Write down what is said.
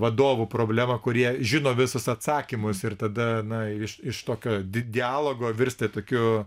vadovų problema kurie žino visus atsakymus ir tada na iš iš tokio di dialogo virsta tokiu